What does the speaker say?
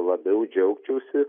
labiau džiaugčiausi